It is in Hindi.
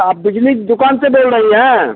आप बिजली की दुकान से बोल रही हैं